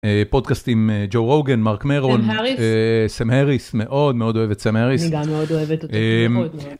פודקאסטים ג'ו רוגן, מרק מרון, סם הריס, מאוד מאוד אוהב את סם הריס.